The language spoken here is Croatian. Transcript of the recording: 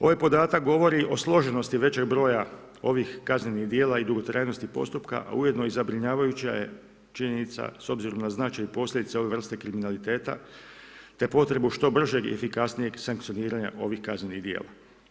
Ovaj podatak govori o složenosti većeg broja ovih kaznenih djela i dugotrajnosti postupka, a ujedno i zabrinjavajuća je činjenica, s obzirom na značaj i posljedice ove vrste kriminaliteta, te potrebu što bržeg i efikasnijeg sankcioniranja ovih kaznenih djela.